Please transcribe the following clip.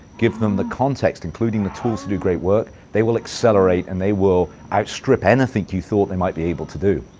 give them the context including the tools to do great work, they will accelerate, and they will outstrip and anything you thought they might be able to do.